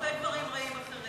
אבל עשיתם הרבה דברים רעים אחרים,